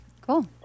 Cool